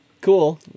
cool